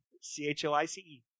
C-H-O-I-C-E